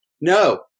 no